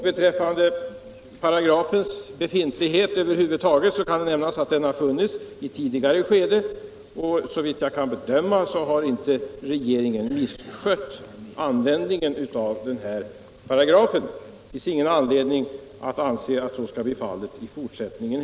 Beträffande paragrafens befintlighet över huvud taget kan jag nämna att den har funnits i tidigare skede, och såvitt jag kan bedöma har regeringen inte misskött tillämpningen av den. Och då finns det väl heller ingen anledning tro att så skall bli fallet i fortsättningen.